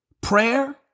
prayer